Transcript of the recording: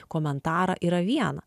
komentarą yra viena